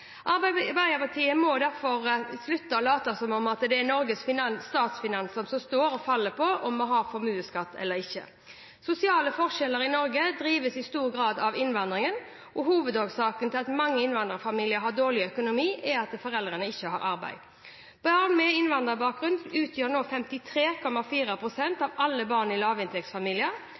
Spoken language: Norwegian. Arbeiderpartiet må derfor slutte å late som om Norges statsfinanser står og faller på om vi har formuesskatt eller ikke. Sosiale forskjeller i Norge drives i stor grad av innvandringen. Hovedårsaken til at mange innvandrerfamilier har dårlig økonomi, er at foreldrene ikke har arbeid. Barn med innvandrerbakgrunn utgjør nå 53,4 pst. av alle barn i lavinntektsfamilier.